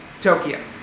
Tokyo